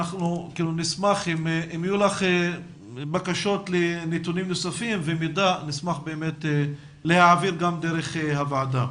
אם יהיו לך בקשות לנתונים נוספים ולמידע נשמח להעביר גם דרך הוועדה.